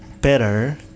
better